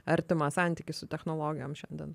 artimą santykį su technologijom šiandien